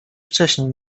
wcześniej